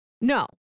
no